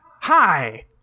hi